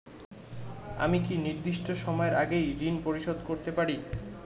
আমি কি নির্দিষ্ট সময়ের আগেই ঋন পরিশোধ করতে পারি?